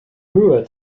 höhe